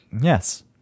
Yes